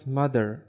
mother